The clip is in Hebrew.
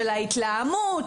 של ההתלהמות,